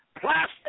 plastic